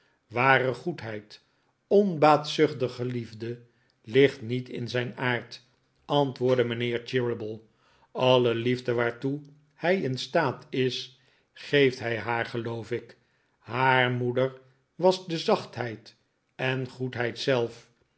ware goedheid onbaatzuchtige liefde ligt niet in zijn aard antwoordde mijnheer cheeryble alle liefde waartoe hij in staat is geeft hij haar geloof ik haar moeder was de zachtheid en goedheid zelf